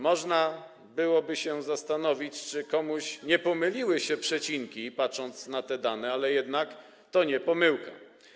Można byłoby się zastanawiać, czy komuś nie pomyliły się przecinki, jak się patrzy na te dane, ale to jednak nie pomyłka.